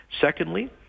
Secondly